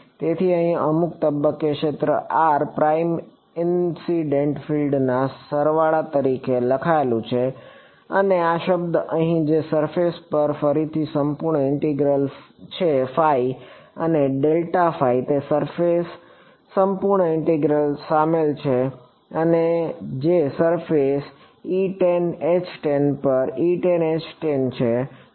તેથી અહીં અમુક તબક્કે ક્ષેત્ર r પ્રાઇમ ઇનસિડેન્ટ ફિલ્ડ ના સરવાળો તરીકે લખાયેલું છે અને આ શબ્દ અહીં જે સરફેસ પર ફરીથી સંપૂર્ણ ઇન્ટિગ્રલ છે અને તે સરફેસ સંપૂર્ણ ઇન્ટિગ્રલ શામેલ છે અને જે સરફેસ પર E tan H tan છે